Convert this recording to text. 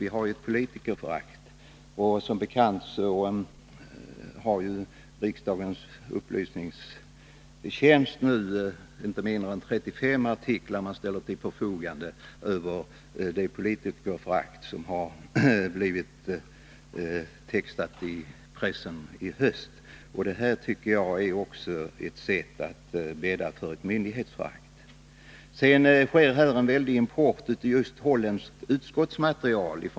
Vi har redan politikerförakt, och som bekant tillhandahåller riksdagens upplysningstjänst nu inte mindre än 35 artiklar om politikerförakt, som funnits i pressen i höst. Jag tycker att behandlingen av detta ärende också är ett sätt att bädda för myndighetsförakt. Vissa firmor har en mycket stor import av holländskt utskottsmaterial.